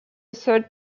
third